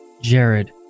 Jared